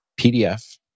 PDF